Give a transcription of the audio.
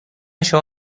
شما